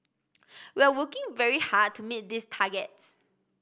we are working very hard to meet these targets